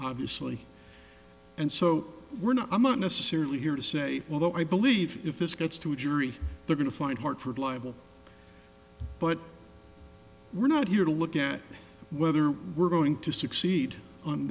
obviously and so we're not among necessarily here to say well though i believe if this gets to a jury they're going to find hartford liable but we're not here to look at whether we're going to succeed on